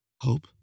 hope